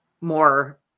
more